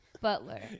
butler